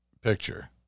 picture